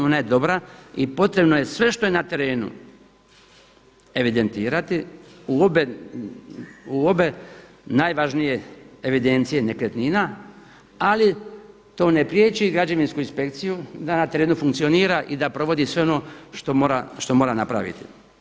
Ona je dobra i potrebno je sve što je na terenu evidentirati u obe najvažnije evidencije nekretnina, ali to ne priječi građevinsku inspekciju da na terenu funkcionira i da provodi sve ono što mora napraviti.